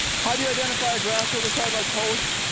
how do you identify a grass herbicide like post,